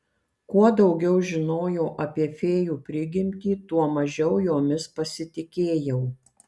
kuo daugiau žinojau apie fėjų prigimtį tuo mažiau jomis pasitikėjau